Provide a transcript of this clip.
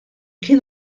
kien